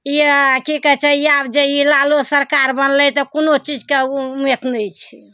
ई की कहय छै आब जे ई लालू सरकार बनलइ तऽ कोनो चीजके उम्म नहि छै